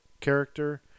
character